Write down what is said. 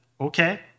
okay